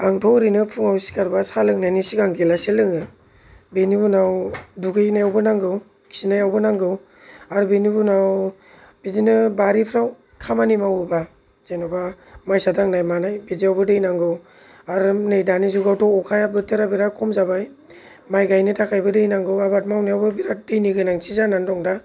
आंथ' ओरैनो फुङाव सिखारबा साहा लोंनायनि सिगां गेलाससे लोङो बेनि उनाव दुगैनायावबो नांगौ खिनायावबो नांगौ आरो बिनि उनाव बिदिनो बारिफ्राव खामानि मावोब्ला जेन'बा मायसा दांनाय मानाय बिदियावबो दै नांगौ आरो नै दानि जुगआवथ' अखाया बोथोरा बिराथ खम जाबाय माय गायनो थाखाय बो दै नांगौ आबाद मावनायावबो बिराद दैनि गोनांथि जानानै दं दा